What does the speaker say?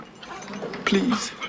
Please